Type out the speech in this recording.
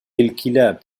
الكلاب